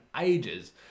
ages